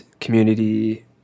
community